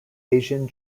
asian